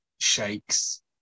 shakes